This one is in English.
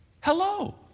Hello